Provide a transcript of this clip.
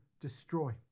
destroy